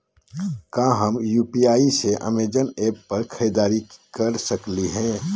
का हम यू.पी.आई से अमेजन ऐप पर खरीदारी के सकली हई?